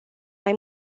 mai